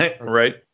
Right